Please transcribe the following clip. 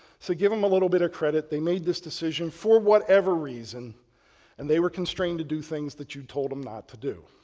so give them a little bit of credit. they made this decision for whatever reason and they were constrained to do things that you told them not to do.